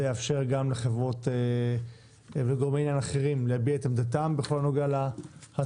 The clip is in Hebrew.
זה יאפשר גם לחברות וגורמי עניין אחרים להביע את עמדתם בכל הנוגע להצעה.